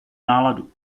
náladu